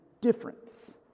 difference